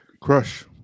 Crush